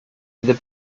the